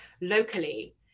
locally